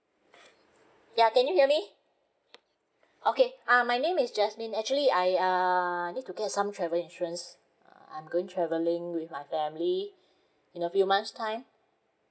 ya can you hear me okay uh my name is jasmine actually I uh I need to get some travel insurance err I'm going travelling with my family in a few months time